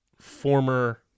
former